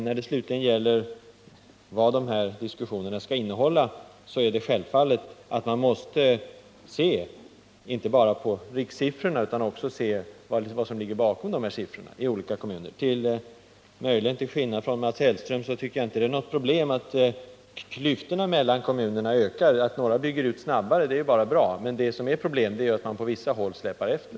När det slutligen gäller vad diskussionerna skall innehålla, är det självklart att man måste se inte bara på rikssiffrorna utan också på vad som ligger bakom dessa i olika kommuner. Möjligen till skillnad från Mats Hellström tycker jag inte det är något problem att klyftorna mellan kommunerna ökar — att några bygger ut snabbare är bara bra. Men ett problem är att man på vissa håll släpar efter.